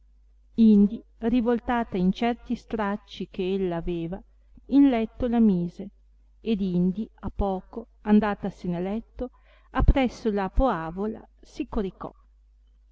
indi rivoltata in certi stracci che ella aveva in letto la mise ed indi a poco andatasene a letto appreso la poavola si coricò